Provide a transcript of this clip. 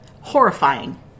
Horrifying